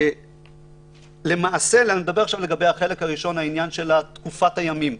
לגבי החלק הראשון, מניין תקופת הימים,